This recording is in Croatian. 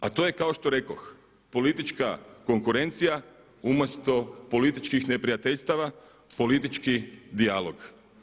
A to je kao što rekoh politička konkurencija umjesto političkih neprijateljstava, politički dijalog.